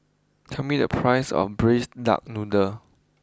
tell me the price of Braised Duck Noodle